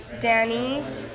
Danny